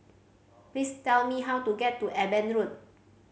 please tell me how to get to Eben Road